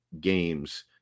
games